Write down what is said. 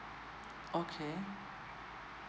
okay